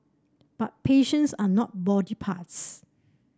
but patients are not body parts